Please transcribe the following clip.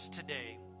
today